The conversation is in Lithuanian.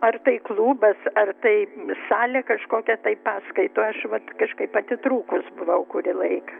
ar tai klubas ar tai salė kažkokia tai paskaitų aš vat kažkaip atitrūkus buvau kurį laiką